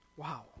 Wow